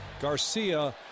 Garcia